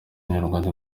nyarwanda